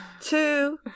two